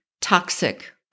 toxic